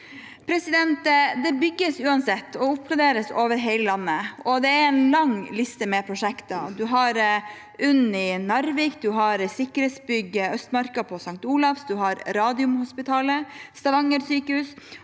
Uansett bygges det og oppgraderes over hele landet. Det er en lang liste med prosjekter. Vi har UNN i Narvik, sikkerhetsbygg på Østmarka på St. Olavs, Radiumhospitalet, Stavanger sykehus